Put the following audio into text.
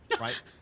right